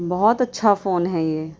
بہت اچھا فون ہے یہ